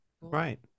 right